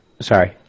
Sorry